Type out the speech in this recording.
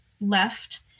left